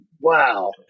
wow